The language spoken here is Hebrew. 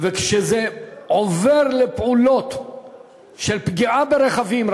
וכשזה עובר לפעולות של פגיעה ברכבים,